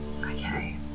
Okay